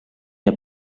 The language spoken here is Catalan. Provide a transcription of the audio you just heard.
del